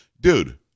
Dude